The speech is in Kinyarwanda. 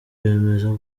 bemeza